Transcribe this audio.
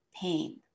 pain